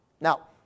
Now